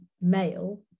male